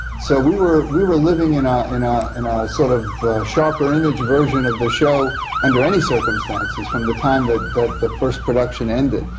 so we were we were living in ah a ah and sort of sharper image version of the show under any circumstances, from the time that the the first production ended.